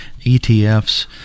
ETFs